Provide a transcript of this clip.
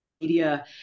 Media